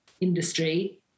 industry